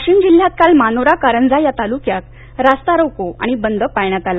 वाशिम जिल्हात काल मानोरा कारंजा या तालुक्यात रास्ता रोको आणि बंद पाळण्यात आला